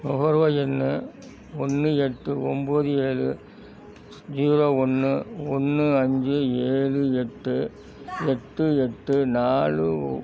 நுகர்வோர் எண் ஒன்று எட்டு ஒம்போது ஏழு ஜீரோ ஒன்று ஒன்று அஞ்சு ஏழு எட்டு எட்டு எட்டு நாலு